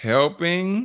Helping